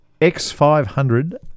X500